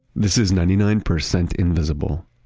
this is ninety nine percent invisible.